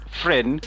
friend